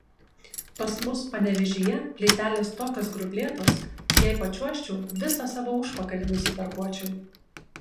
pas mus panevėžyje plytelės tokios grublėtos jei pačiuožčiau visą savo užpakalį nusitarkuočiau